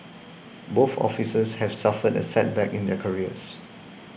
both officers have suffered a setback in their careers